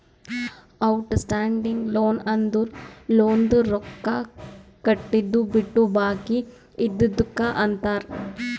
out standing loan ಅಂದುರ್ ಲೋನ್ದು ರೊಕ್ಕಾ ಕಟ್ಟಿದು ಬಿಟ್ಟು ಬಾಕಿ ಇದ್ದಿದುಕ್ ಅಂತಾರ್